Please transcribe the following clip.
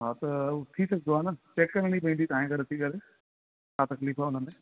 हा त ठीकु आहे पोइ आहे न चैक करिणी पवंदी तव्हांजे घरि अची करे छा तकलीफ़ आहे हुन में